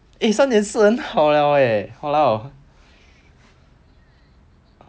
eh 三点四很好了 eh !walao!